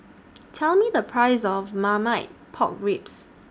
Tell Me The Price of Marmite Pork Ribs